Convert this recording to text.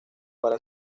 para